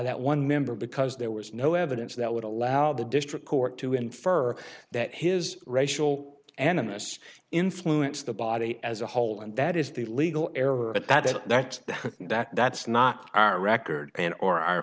that one member because there was no evidence that would allow the district court to infer that his racial animus influence the body as a whole and that is the legal error but that that that's not our record and or are